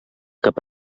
cap